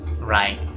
Right